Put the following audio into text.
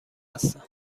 هستند